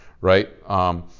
right